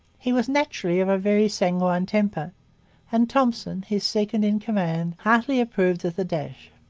he was naturally of a very sanguine temper and thompson, his second-in-command, heartily approved of the dash.